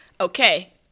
Okay